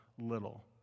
little